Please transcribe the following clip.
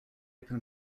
open